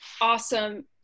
awesome